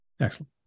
Excellent